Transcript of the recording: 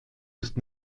ist